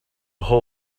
hole